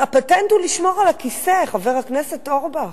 הפטנט הוא לשמור על הכיסא, חבר הכנסת אורבך.